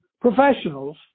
professionals